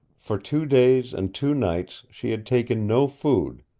for two days and two nights she had taken no food,